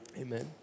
Amen